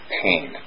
pain